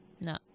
No